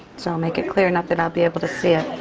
so make it clear enough that i'll be able to see it,